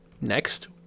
next